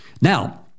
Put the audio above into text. Now